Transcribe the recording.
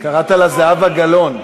קראת לה זהבה גלאון.